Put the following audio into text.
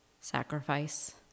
sacrifice